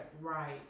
Right